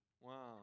Wow